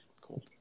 Cool